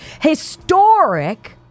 historic